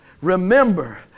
Remember